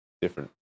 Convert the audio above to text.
different